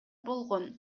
болгон